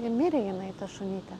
ji mirė jinai ta šunytė